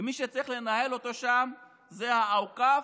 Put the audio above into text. ומי שצריך לנהל אותו שם זה הווקף,